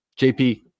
jp